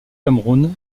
cameroun